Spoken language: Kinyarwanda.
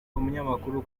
umunyamakuru